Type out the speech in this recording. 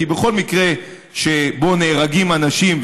כי בכל מקרה שבו נהרגים אנשים,